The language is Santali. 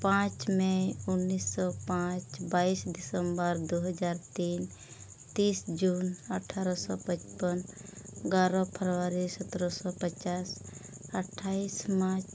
ᱯᱟᱸᱪ ᱢᱮ ᱩᱱᱤᱥᱥᱚ ᱯᱟᱸᱪ ᱵᱟᱭᱤᱥ ᱰᱤᱥᱮᱢᱵᱚᱨ ᱫᱩ ᱦᱟᱡᱟᱨ ᱛᱤᱱ ᱛᱤᱥ ᱡᱩᱱ ᱟᱴᱷᱟᱨᱚᱥᱚ ᱯᱚᱸᱪᱯᱟᱱ ᱜᱟᱨᱚ ᱯᱷᱮᱵᱽᱨᱟᱨᱤ ᱥᱚᱛᱮᱨᱚ ᱥᱚ ᱯᱚᱸᱪᱟᱥ ᱟᱴᱷᱟᱥ ᱢᱟᱨᱪ